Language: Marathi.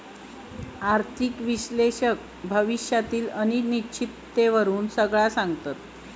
आर्थिक विश्लेषक भविष्यातली अनिश्चिततेवरून सगळा सांगता